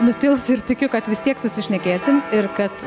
nutils ir tikiu kad vis tiek susišnekėsim ir kad